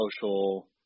social